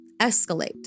escalate